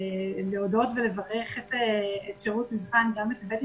להודות ולברך את שירות המבחן גם את בטי,